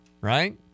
right